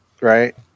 right